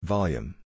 Volume